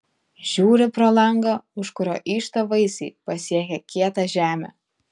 žiūri pro langą už kurio yžta vaisiai pasiekę kietą žemę